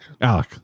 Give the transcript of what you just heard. Alec